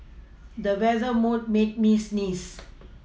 the weather would made me sneeze